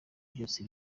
byose